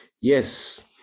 Yes